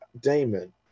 Damon